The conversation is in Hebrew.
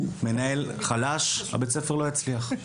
מנהל חלש בית הספר לא יצליח.